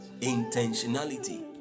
Intentionality